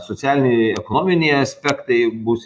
socialiniai ekonominiai aspektai bus